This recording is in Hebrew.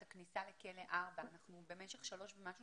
את הכניסה לכלא 4. במשך שלוש ומשהו